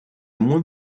moins